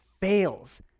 fails